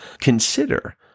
Consider